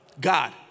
God